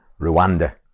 Rwanda